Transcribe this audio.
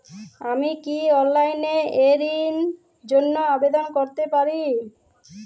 আমি কি অনলাইন এ ঋণ র জন্য আবেদন করতে পারি?